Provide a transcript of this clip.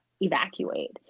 evacuate